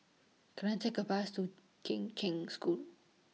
Can I Take A Bus to Kheng Cheng School